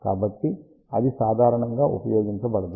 కాబట్టి అది సాధారణంగా ఉపయోగించబడదు